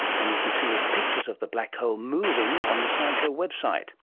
and you can see his pictures of the black hole moving on the science show website